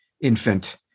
infant